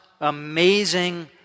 amazing